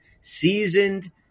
seasoned